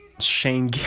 Shane